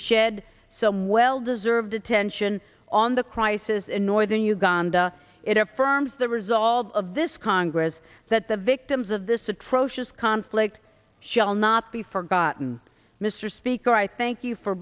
shed some well deserved attention on the crisis in northern uganda it affirms the result of this congress that the victims of this atrocious conflict shall not be forgotten mr speaker i thank you for